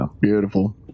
Beautiful